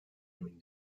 emin